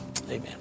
Amen